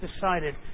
decided